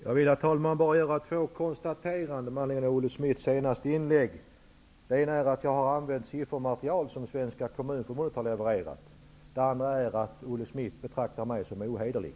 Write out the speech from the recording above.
Herr talman! Jag vill bara göra två konstateranden med anledning av Olle Schmidts senaste inlägg. Det ena är att jag har använt siffermaterial som Svenska kommunförbundet har levererat. Det andra är att Olle Schmidt betraktar mig som ohederlig.